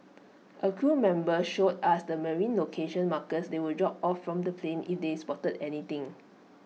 A crew member showed us the marine location markers they would drop from the plane if they spotted anything